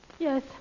Yes